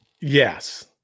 yes